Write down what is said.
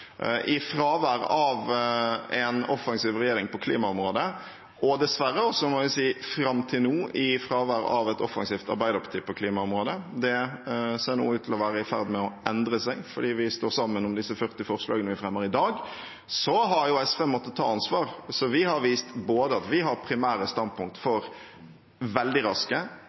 I fravær av en offensiv regjering på klimaområdet, og dessverre også, må jeg si, fram til nå i fravær av et offensivt Arbeiderparti på klimaområdet – det ser nå ut til å være i ferd med å endre seg, fordi vi står sammen om disse 40 forslagene vi fremmer i dag – har SV måttet ta ansvar. Vi har vist at vi har primære standpunkt for veldig raske,